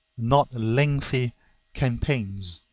not lengthy campaigns.